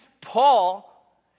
Paul